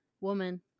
woman